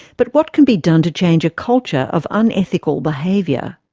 but what can be done to change a culture of unethical behaviour?